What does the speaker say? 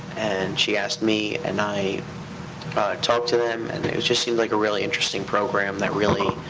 and she asked me, and i talked to them, and it just seemed like a really interesting program that really